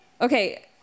Okay